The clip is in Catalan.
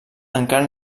encara